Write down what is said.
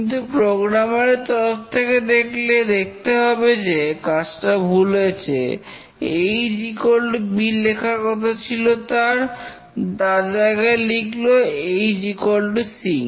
কিন্তু প্রোগ্রামার এর তরফ থেকে দেখলে দেখতে হবে যে কাজটা ভুল হয়েছে A is equal to B লেখার কথা ছিল তার জায়গায় লিখল A is equal to sea